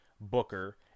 booker